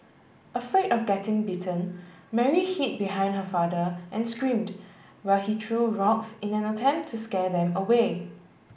afraid of getting bitten Mary hid behind her father and screamed while he true rocks in an attempt to scare them away